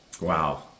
wow